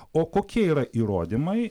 o kokie yra įrodymai